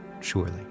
surely